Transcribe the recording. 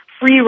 free